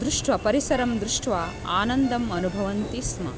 दृष्ट्वा परिसरं दृष्ट्वा आनन्दम् अनुभवन्ति स्म